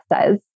says